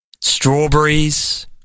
Strawberries